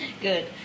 Good